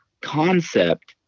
concept